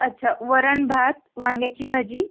अच्छा वरण भात वांग्याची भाजी